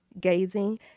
gazing